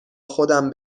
خودم